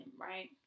right